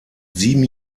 sieben